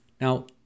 Now